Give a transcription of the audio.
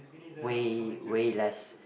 way way less